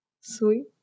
sweet